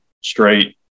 straight